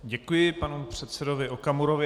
Děkuji panu předsedovi Okamurovi.